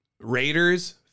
Raiders